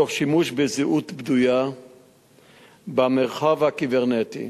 תוך שימוש בזהות בדויה במרחב הקיברנטי,